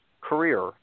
career